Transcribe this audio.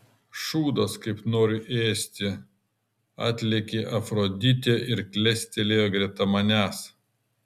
šūdas kaip noriu ėsti atlėkė afroditė ir klestelėjo greta manęs